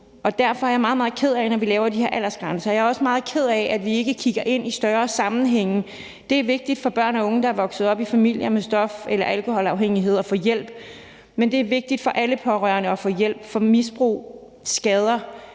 Derfor er jeg meget ked af det, når vi laver de her aldersgrænser. Jeg er også meget ked af, at vi ikke kigger ind i større sammenhænge. Det er vigtigt for børn og unge, der er vokset op i familier med stof- eller alkoholafhængighed at få hjælp. Men det er vigtigt for alle pårørende at få hjælp, for misbrug skader